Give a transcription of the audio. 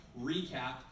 recap